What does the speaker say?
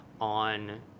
on